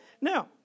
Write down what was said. Now